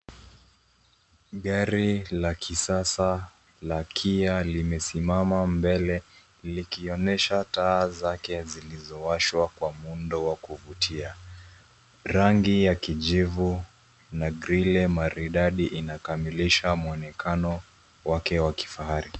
Gari la kisasa la kia limesimama mbele likionyesha taa zake zilizowashwa kwa muundo wa kuvutia. Rangi ya kijivu na grili maridadi inakamilisha mwonekano wake wa kifahari.